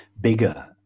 bigger